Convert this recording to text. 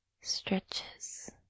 stretches